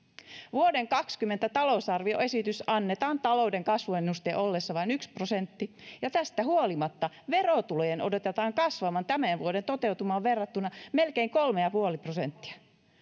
vuoden kaksikymmentä talousarvioesitys annetaan talouden kasvuennusteen ollessa vain yksi prosentti ja tästä huolimatta verotulojen odotetaan kasvavan tämän vuoden toteutumaan verrattuna melkein kolme pilkku viisi prosenttia